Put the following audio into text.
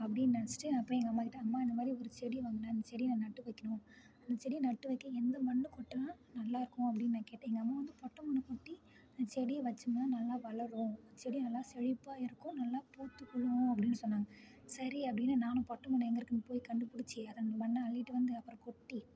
அப்படின்னு நினச்சுட்டு நான் போய் எங்கள் அம்மாக்கிட்ட அம்மா இந்தமாதிரி ஒரு செடியை வாங்கினேன் அந்த செடியை நான் நட்டு வக்கணும் அந்த செடியை நட்டு வைக்க எந்த மண் கொட்டுனால் நல்லாருக்கும் அப்படின்னு நான் கேட்டேன் எங்கள் அம்மா வந்து பட்டை மண்ணு கொட்டி அந்த செடியை வச்சோமுன்னால் நல்லா வளரும் செடி நல்லா செழிப்பாக இருக்கும் நல்லா பூத்து குலுங்கும் அப்படின்னு சொன்னாங்கள் சரி அப்படின்னு நானும் பட்டை மண்ணு எங்கே இருக்குன்னு போய் கண்டுபிடிச்சு அதை அந்த மண்ணை அள்ளிட்டு வந்து அப்புறம் கொட்டி